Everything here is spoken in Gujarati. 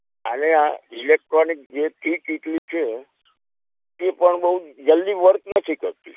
અરે આ ઈલેક્ટ્રોનિક જે ટી કીટલી છે એ પણ બહુ જલ્દી વર્ક નથી કરતી